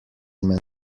menoj